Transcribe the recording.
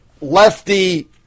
lefty